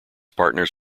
partners